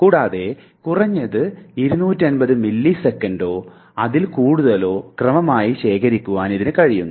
കൂടാതെ കുറഞ്ഞത് 250 മില്ലിസെക്കൻറോ അതിൽ കൂടുതലോ ക്രമമായി ശേഖരിക്കുവാൻ ഇതിന് കഴിയുന്നു